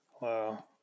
Wow